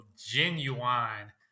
genuine